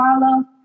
follow